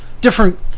different